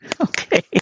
Okay